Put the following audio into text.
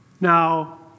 Now